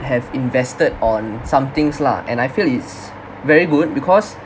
have invested on some things lah and I feel it's very good because